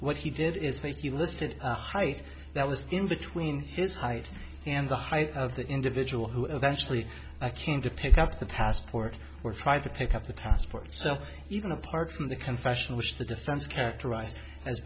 what he did is that you listed height that was in between his height and the height of the individual who eventually i came to pick up the passport or tried to pick up the passport so even apart from the confession which the defense characterized as